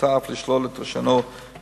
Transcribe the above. ובסמכותה אף לשלול את רשיונו כרופא.